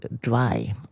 dry